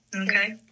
Okay